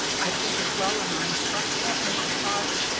i think as well in our instructional enterprise.